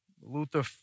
Luther